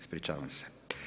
Ispričavam se.